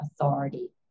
authority